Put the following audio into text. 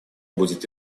будет